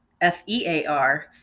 f-e-a-r